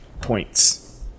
points